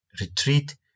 Retreat